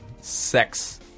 sex